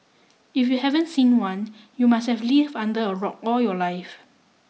if you haven't seen one you must have lived under a rock all your life